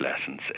lessons